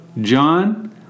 John